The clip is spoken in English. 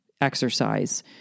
exercise